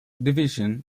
division